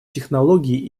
технологий